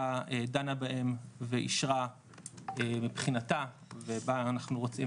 דנה בהם ואישרה מבחינתה ובה אנחנו רוצים,